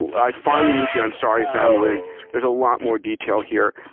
i finally meet the ansari family. there's a lot more detail here.